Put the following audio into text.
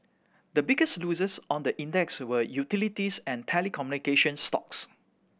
the biggest losers on the index were utilities and telecommunication stocks